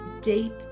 deep